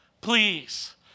please